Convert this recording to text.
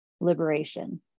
liberation